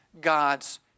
God's